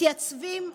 מתייצבים בגשם,